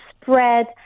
spread